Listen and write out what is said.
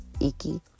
Iki